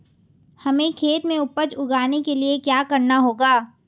हमें खेत में उपज उगाने के लिये क्या करना होगा?